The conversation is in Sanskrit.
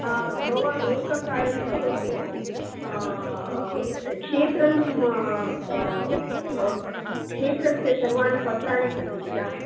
भवान् एकं कार्यं करोतु क्षेत्रं क्षेत्रस्य सर्वाणि पत्राणि सन्ति खिल